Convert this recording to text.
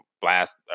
blast